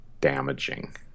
damaging